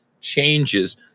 changes